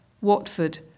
Watford